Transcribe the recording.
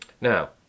Now